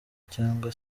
cyangwa